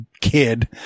kid